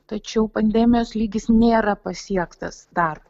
tačiau pandemijos lygis nėra pasiektas dar